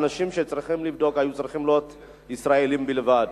האנשים שצריכים לבדוק היו צריכים להיות ישראלים בלבד.